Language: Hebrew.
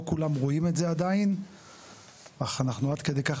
לא כולם רואים את זה עדיין אך אנחנו עד כדי כך